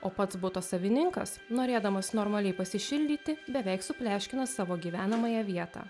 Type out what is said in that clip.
o pats buto savininkas norėdamas normaliai pasišildyti beveik supleškino savo gyvenamąją vietą